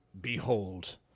behold